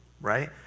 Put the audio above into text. right